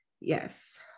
Yes